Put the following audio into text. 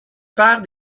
père